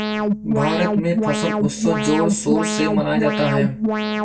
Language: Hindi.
भारत में फसल उत्सव जोर शोर से मनाया जाता है